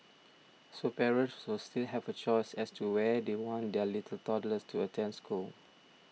so parents will still have a choice as to where they want their little toddlers to attend school